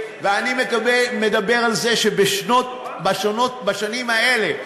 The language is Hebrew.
ואני מדבר על זה שבשנים האלה,